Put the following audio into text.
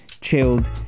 chilled